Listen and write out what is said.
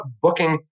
booking